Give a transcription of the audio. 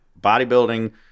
Bodybuilding